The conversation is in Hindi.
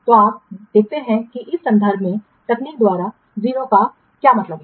तो आप देखते हैं कि इस संदर्भ में तकनीक द्वारा 0 का मतलब क्या है